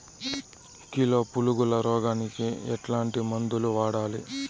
Kilo పులుగుల రోగానికి ఎట్లాంటి మందులు వాడాలి?